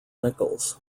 nichols